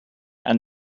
and